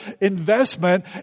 investment